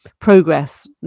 progress